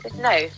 No